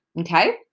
Okay